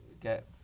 get